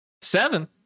Seven